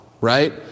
right